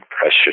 precious